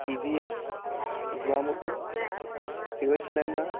T V S যোৱাম'ট' Hero Splendor